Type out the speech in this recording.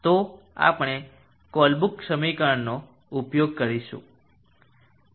તો આપણે કોલબ્રુક સમીકરણનો ઉપયોગ કરીશું